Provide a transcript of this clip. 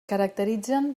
caracteritzen